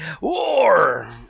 War